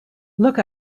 look